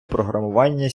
програмування